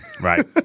Right